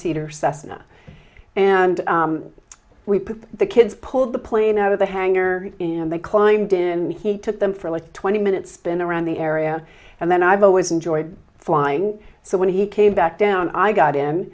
cessna and we put the kids pulled the plane out of the hangar and they climbed in and he took them for like twenty minutes spin around the area and then i've always enjoyed flying so when he came back down i got in